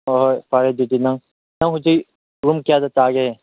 ꯍꯣꯏ ꯍꯣꯏ ꯐꯔꯦ ꯑꯗꯨꯗꯤ ꯅꯪ ꯅꯪ ꯍꯧꯖꯤꯛ ꯔꯨꯝ ꯀꯌꯥꯗ ꯇꯥꯒꯦ